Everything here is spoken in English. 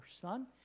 son